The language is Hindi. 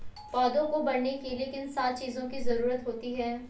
पौधों को बढ़ने के लिए किन सात चीजों की जरूरत होती है?